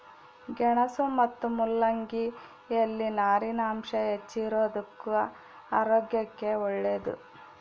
ಗೆಣಸು ಮತ್ತು ಮುಲ್ಲಂಗಿ ಯಲ್ಲಿ ನಾರಿನಾಂಶ ಹೆಚ್ಚಿಗಿರೋದುಕ್ಕ ಆರೋಗ್ಯಕ್ಕೆ ಒಳ್ಳೇದು